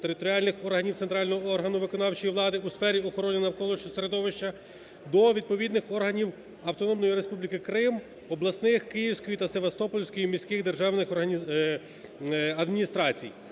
територіальних органів центрального органу виконавчої влади у сфері охорони навколишнього середовища до відповідних органів Автономної Республіки Крим, обласних, Київської та Севастопольських міських державних адміністрацій.